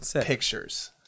pictures